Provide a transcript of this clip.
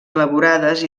elaborades